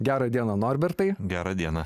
gera diena norbertai gera diena